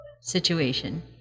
situation